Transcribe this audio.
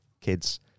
kids